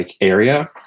area